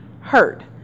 hurt